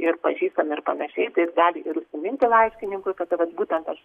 ir pažįstami ir panašiai tai jis gali ir užsiminti laiškininkui kad vat būtent aš